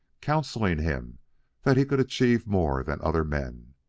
counseling him that he could achieve more than other men,